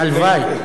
הלוואי.